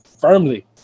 firmly